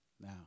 Now